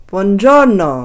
Buongiorno